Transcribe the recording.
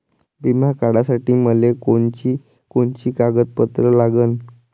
बिमा काढासाठी मले कोनची कोनची कागदपत्र लागन?